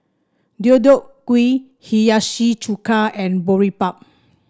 Deodeok Gui Hiyashi Chuka and Boribap